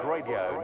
Radio